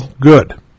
good